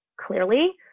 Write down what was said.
Clearly